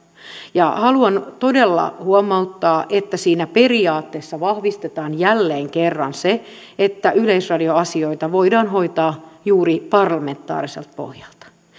haluan todella huomauttaa että siinä periaatteessa vahvistetaan jälleen kerran se että yleisradio asioita voidaan hoitaa juuri parlamentaariselta pohjalta